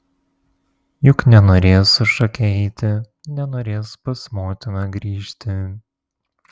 juk nenorės su šake eiti nenorės pas motiną grįžti